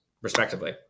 respectively